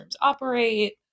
operate